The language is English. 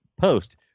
post